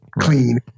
clean